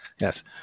Yes